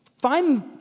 Find